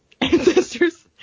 ancestors